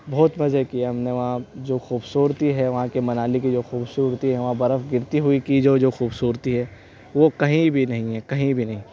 بہت مزے کیے ہم نے وہاں جو خوبصورتی ہے وہاں کے منالی کی جو خوبصورتی ہے وہاں برف گرتی ہوئی کی جو جو خوبصورتی ہے وہ کہیں بھی نہیں ہے کہیں بھی نہیں